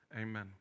Amen